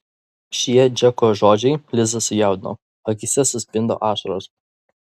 šie džeko žodžiai lizą sujaudino akyse suspindo ašaros